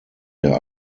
der